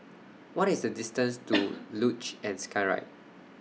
What IS The distance to Luge and Skyride